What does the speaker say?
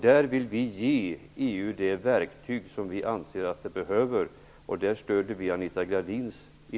Där vill vi ge EU de verktyg vi anser behövs, och där stöder vi